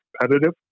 competitive